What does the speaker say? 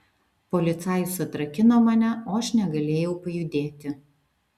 policajus atrakino mane o aš negalėjau pajudėti